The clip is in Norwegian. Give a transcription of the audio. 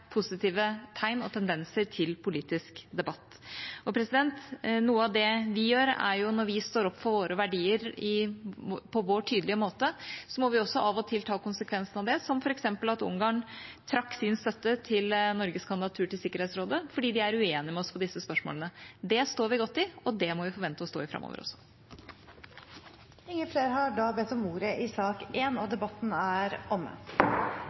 positive tegn og tendenser til politisk debatt. Når vi står opp for våre verdier på vår tydelige måte, må vi også av og til ta konsekvensene av det, f.eks. at Ungarn trakk sin støtte til Norges kandidatur til Sikkerhetsrådet fordi de er uenig med oss i disse spørsmålene. Det står vi godt i, og det må vi forvente å stå i framover også. Flere har ikke bedt om ordet til sak nr. 1. Etter ønske fra kontroll- og